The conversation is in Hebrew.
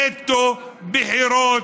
נטו בחירות,